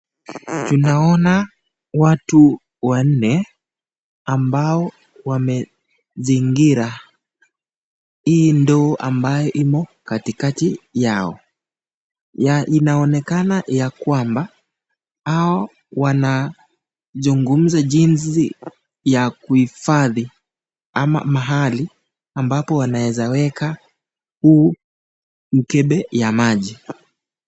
Tunaona watu wanne ambao wamezingira hii ndoo ambayo imo katikati yao. Inaonekana ya kwamba hao wanazungumza jinsi ya kuhifadhi ama mahali ambapo wanaweza weka huu mkebe ya maji.